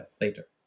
later